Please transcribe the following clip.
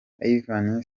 ivan